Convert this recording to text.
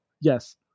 Yes